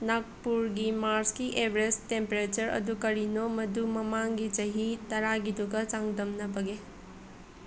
ꯅꯥꯒꯄꯨꯔꯒꯤ ꯃꯥꯔꯆꯀꯤ average temperature ꯑꯗꯨ ꯀꯔꯤꯅꯣ ꯃꯗꯨ ꯃꯃꯥꯡꯒꯤ ꯆꯍꯤ ꯇꯔꯥꯒꯤꯗꯨꯒ ꯆꯥꯡꯗꯝꯅꯕꯒꯦ